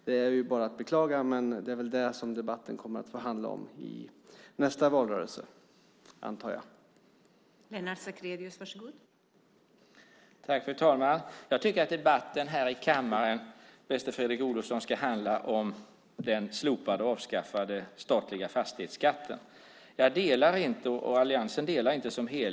Det är bara att beklaga, men det är väl det som debatten kommer att handla om i nästa valrörelse, antar jag.